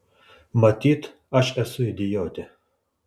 matyt aš esu idiotė